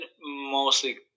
mostly